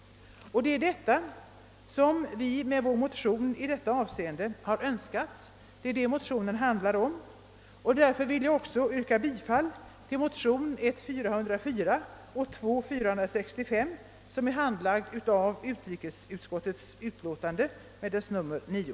Det är detta som vi med vår motion har önskat. Det är detta motionen handlar om och därför yrkar jag också bifall till motionen I:404 och 1I1:465 i den del som behandlas i utrikesutskottets utlåtande nr 9.